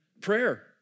prayer